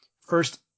First